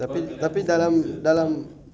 tapi tapi kalau dalam